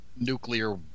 nuclear